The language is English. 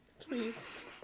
please